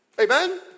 Amen